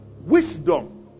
Wisdom